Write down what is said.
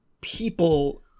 people